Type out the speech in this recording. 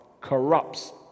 corrupts